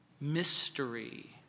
mystery